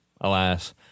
alas